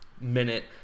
minute